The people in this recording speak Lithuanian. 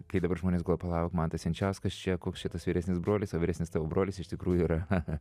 kaip dabar žmonės gal palauk mantas jančiauskas čia koks čia tas vyresnis brolis o vyresnis tavo brolis iš tikrųjų yra haha